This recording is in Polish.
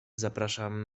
zapraszam